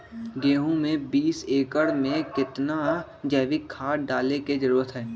गेंहू में बीस एकर में कितना जैविक खाद डाले के जरूरत है?